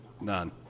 None